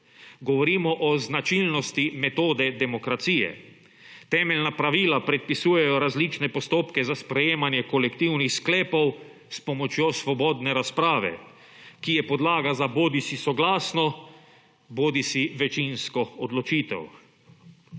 Govorimo o značilnosti metode demokracije. Temeljna pravila predpisujejo različne postopke za sprejemanje kolektivnih sklepov s pomočjo svobodne razprave, ki je podlaga za bodisi soglasno bodisi večino odločitev.